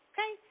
Okay